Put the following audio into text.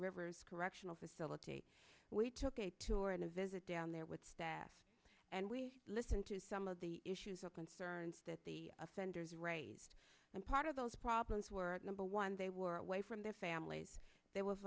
rivers correctional facility we took a tour and a visit down there with staff and we listened to some of the issues the concerns that the offenders raised and part of those problems were number one they were away from their families the